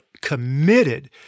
committed